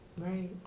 right